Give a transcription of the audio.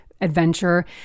adventure